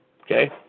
okay